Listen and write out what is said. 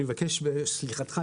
אני מבקש את סליחתך,